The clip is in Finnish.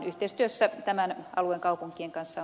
yhteistyössä tämän alueen kaupunkien kanssa